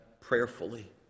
prayerfully